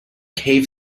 cave